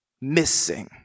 Missing